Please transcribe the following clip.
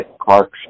Clark